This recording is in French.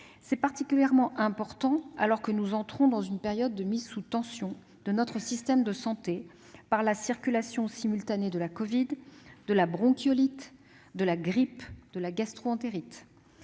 C'est particulièrement important alors que nous entrons dans une période de mise sous tension de notre système de santé du fait de la circulation simultanée de la covid-19, de la bronchiolite, de la grippe et de la gastro-entérite.